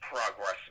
progress